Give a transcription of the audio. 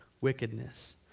wickedness